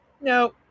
No